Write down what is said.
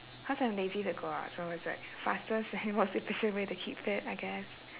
cause I'm lazy to go out so it's the fastest and most efficient way to keep fit I guess